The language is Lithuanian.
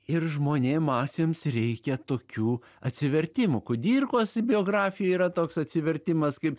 ir žmonėm masėms reikia tokių atsivertimų kudirkos biografijoj yra toks atsivertimas kaip